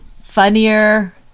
funnier